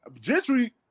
Gentry